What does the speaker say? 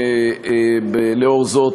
לאור זאת,